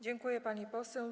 Dziękuję, pani poseł.